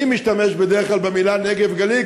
אני משתמש בדרך כלל במילים "נגב-גליל",